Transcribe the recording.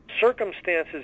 Circumstances